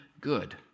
good